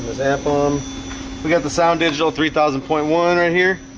example um we got the sound digital three thousand point one right here